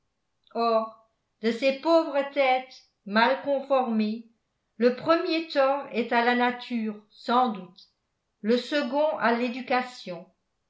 de ces pauvres têtes mal conformées le premier tort est à la nature sans doute le second à l'éducation